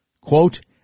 quote